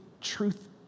truth